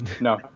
no